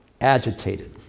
agitated